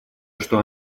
что